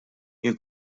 jien